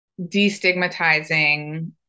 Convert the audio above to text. destigmatizing